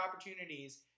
opportunities